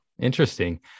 interesting